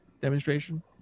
demonstration